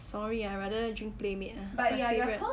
sorry ah I rather drink playmade ah my favourite